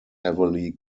heavily